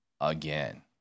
again